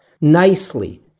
nicely